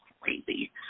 crazy